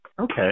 Okay